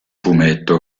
fumetto